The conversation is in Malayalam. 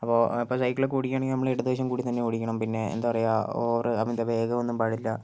അപ്പോൾ അപ്പോൾ സൈക്കിളൊക്കെ ഓടിക്കുകയാണെങ്കിൽ നമ്മളിടതുവശം കൂടിത്തന്നെ ഓടിക്കണം പിന്നെ എന്താ പറയുക ഓവർ അമിത വേഗം ഒന്നും പാടില്ല